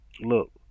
look